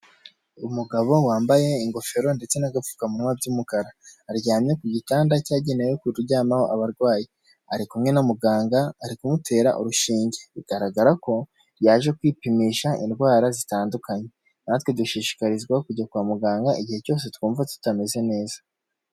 Umugabo wambaye ingofero ndetse n'agapfukamunywa by'umukara. Aryamye ku gitanda cyagenewe kuryamaho abarwayi. Ari kumwe na muganga, ari kumutera urushinge. Bigaragara ko yaje kwipimisha indwara zitandukanye. Natwe dushishikarizwa kujya kwa muganga, igihe cyose twumva tutameze neza.